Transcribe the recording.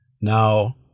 Now